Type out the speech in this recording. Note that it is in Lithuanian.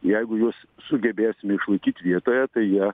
jeigu juos sugebėsime išlaikyt vietoje tai jie